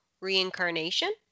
Reincarnation